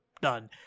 done